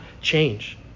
change